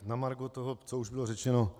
Na margo toho, co už bylo řečeno.